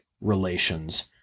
relations